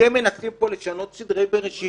אתם מנסים פה לשנות סדרי בראשית